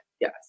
Yes